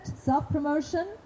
self-promotion